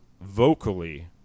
vocally